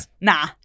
Nah